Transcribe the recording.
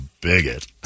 bigot